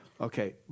Okay